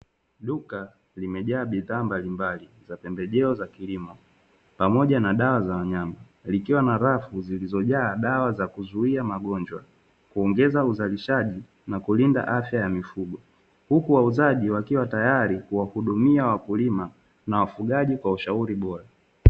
Duka limejaa bidhaa mbalimbali za pembejeo za kilimo pamoja na dawa za wanyama. Likiwa na rafu zilizojaa dawa za kuzuia magonjwa, kuongeza uzalishaji na kulinda afya ya mifugo, huku wauzaji wakiwa tayari kuwahudumia wakulima na wafugaji kwa ushauri bora.